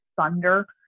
thunder